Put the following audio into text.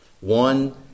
One